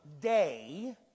day